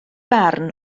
barn